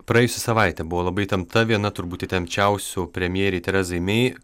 praėjusi savaitė buvo labai įtempta viena turbūt įtempčiausių premjerei terezai mei